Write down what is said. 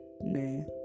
nay